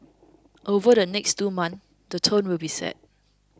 over the next two months the tone will be set